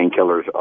painkillers